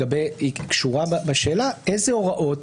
היא קשורה בשאלה איזה הוראות